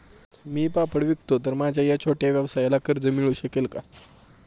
मी पापड विकतो तर माझ्या या छोट्या व्यवसायाला कर्ज मिळू शकेल का?